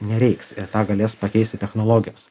nereiks ir tą galės pakeisti technologijos